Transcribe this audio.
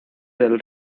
del